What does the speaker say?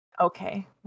Okay